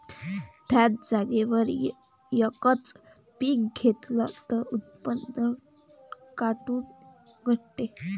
थ्याच जागेवर यकच पीक घेतलं त उत्पन्न काऊन घटते?